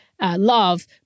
love